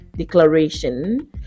declaration